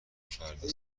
فردا